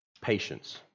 patience